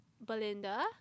Belinda